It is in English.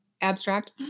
abstract